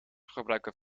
gebruiken